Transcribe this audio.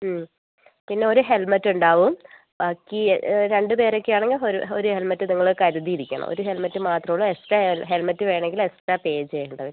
മ് പിന്നെ ഒരു ഹെൽമെറ്റ് ഉണ്ടാവും ബാക്കി രണ്ട് പേരൊക്കെയാണെങ്കിൽ ഒരു ഹെൽമെറ്റ് നിങ്ങൾ കരുതിയിരിക്കണം ഒരു ഹെൽമെറ്റ് മാത്രമേ ഉള്ളൂ എക്സ്ട്രാ ഹെൽമെറ്റ് വേണമെങ്കിൽ എക്സ്ട്രാ പേ ചെയ്യേണ്ടിവരും